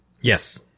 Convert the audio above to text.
Yes